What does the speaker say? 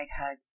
hug